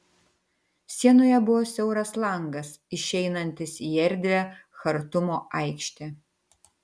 sienoje buvo siauras langas išeinantis į erdvią chartumo aikštę